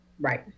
Right